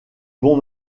bon